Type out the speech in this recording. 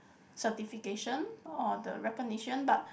certification or the recognition but